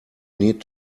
need